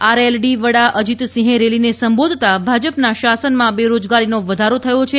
RLD વડા અજીતસિંહે રેલીને સંબોધતા ભાજપના શાસનમાં બેરોજગારીનો વધારો થયો છે